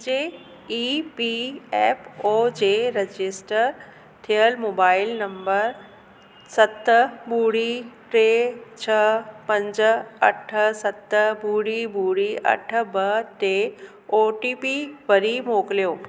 मुंहिंजे E P F O जे register थियल मोबाइल नंबर सत ॿुड़ी टे छह पंज अठ सत ॿुड़ी ॿुड़ी अठ ॿ ते ओ टी पी वरी मोकिलियो